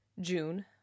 June